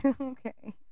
Okay